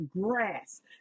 grass